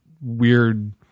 weird